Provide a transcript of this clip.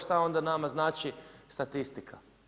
Šta onda nama znači statistika?